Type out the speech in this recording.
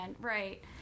right